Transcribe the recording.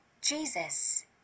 Jesus